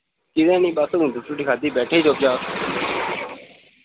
कीतै नी बस हू'न रुट्टी शूट्टी खाद्धी बैठे चुप चाप